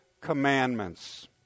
commandments